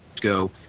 go